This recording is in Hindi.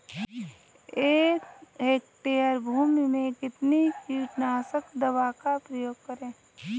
एक हेक्टेयर भूमि में कितनी कीटनाशक दवा का प्रयोग करें?